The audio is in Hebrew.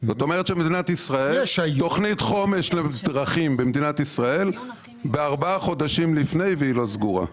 זאת אומרת שתכנית חומש לדרכים במדינת ישראל ארבעה חודשים לפני לא סגורה,